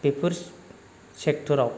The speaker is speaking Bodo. बेफोर सेक्ट'राव